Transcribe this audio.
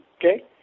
okay